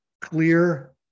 clear